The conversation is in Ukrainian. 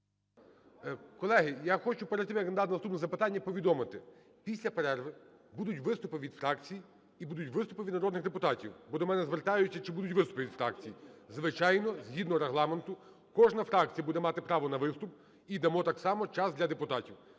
Колеги, я хочу перед тим, як надати наступне запитання, повідомити: після перерви будуть виступи від фракцій і будуть виступи від народних депутатів. Бо до мене звертаються, чи будуть виступи від фракцій. Звичайно, згідно Регламенту кожна фракція буде мати право на виступ і дамо так само час для депутатів.